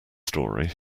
story